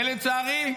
ולצערי,